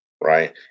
right